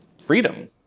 freedom